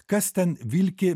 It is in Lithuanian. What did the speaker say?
kas ten vilki